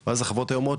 אז החברות היו אומרות,